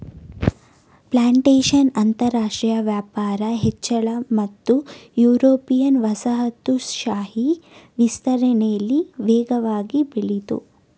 plantation ಅಂತರಾಷ್ಟ್ರ ವ್ಯಾಪಾರ ಹೆಚ್ಚಳ ಮತ್ತು ಯುರೋಪಿಯನ್ ವಸಾಹತುಶಾಹಿ ವಿಸ್ತರಣೆಲಿ ವೇಗವಾಗಿ ಬೆಳಿತು